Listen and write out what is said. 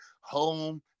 home